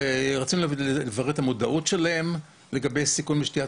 רצינו לברר את המודעות שלהן לגבי סיכון משתיית